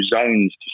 zones